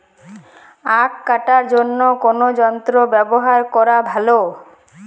আঁখ কাটার জন্য কোন যন্ত্র ব্যাবহার করা ভালো?